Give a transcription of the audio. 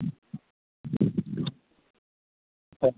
ꯍꯣꯏ